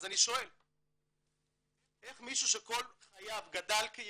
אז אני שואל, איך מישהו שכל חייו גדל כיהודי,